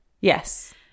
Yes